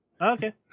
Okay